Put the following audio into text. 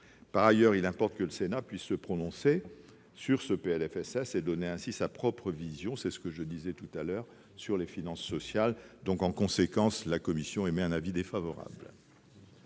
Par ailleurs, il importe que le Sénat puisse se prononcer sur ce PLFSS et donner ainsi sa propre vision- c'est ce que je disais sur les finances sociales. En conséquence, la commission émet un avis défavorable